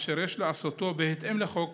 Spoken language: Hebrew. ויש לעשות זאת בהתאם לחוק